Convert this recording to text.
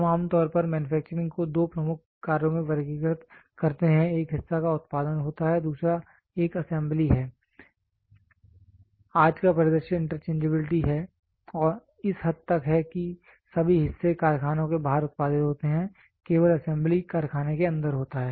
हम आम तौर पर मैन्युफैक्चरिंग को 2 प्रमुख कार्यों में वर्गीकृत करते हैं एक हिस्सा का उत्पादन होता है दूसरा एक असेंबली है आज का परिदृश्य इंटरचेंजेबिलिटी है इस हद तक है कि सभी हिस्से कारखाने के बाहर उत्पादित होते हैं केवल असेंबली कारखाने के अंदर होता है